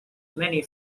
many